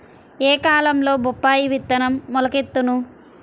ఏ కాలంలో బొప్పాయి విత్తనం మొలకెత్తును?